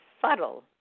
subtle